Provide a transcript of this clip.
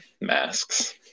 masks